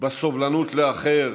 בסובלנות לאחר,